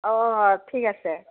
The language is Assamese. অঁ ঠিক আছে